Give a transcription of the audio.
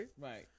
right